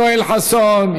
יואל חסון,